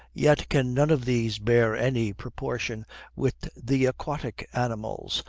yet can none of these bear any proportion with the aquatic animals,